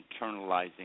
internalizing